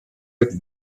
with